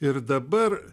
ir dabar